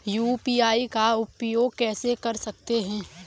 UPI का उपयोग कैसे कर सकते हैं?